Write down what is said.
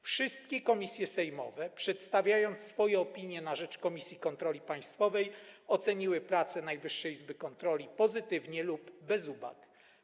Wszystkie komisje sejmowe, przedstawiając swoje opinie na rzecz Komisji do Spraw Kontroli Państwowej, oceniły pracę Najwyższej Izby Kontroli pozytywnie lub bez uwag.